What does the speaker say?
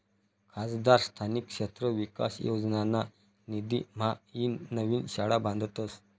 खासदार स्थानिक क्षेत्र विकास योजनाना निधीम्हाईन नवीन शाळा बांधतस